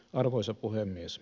arvoisa puhemies